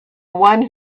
one